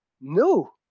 no